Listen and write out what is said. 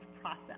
process